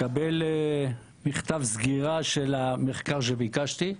לקבל מכתב סגירה של המחקר שביקשתי.